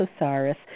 Osiris